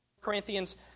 Corinthians